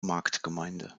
marktgemeinde